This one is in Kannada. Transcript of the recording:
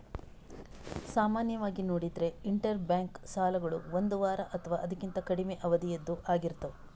ಸಾಮಾನ್ಯವಾಗಿ ನೋಡಿದ್ರೆ ಇಂಟರ್ ಬ್ಯಾಂಕ್ ಸಾಲಗಳು ಒಂದು ವಾರ ಅಥವಾ ಅದಕ್ಕಿಂತ ಕಡಿಮೆ ಅವಧಿಯದ್ದು ಆಗಿರ್ತವೆ